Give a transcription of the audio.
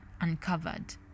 uncovered